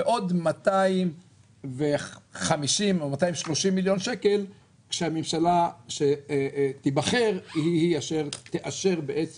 ועוד 250 או 230 מיליון שקל שהממשלה שתיבחר היא אשר תאשר.